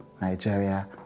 Nigeria